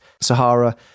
sahara